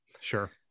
Sure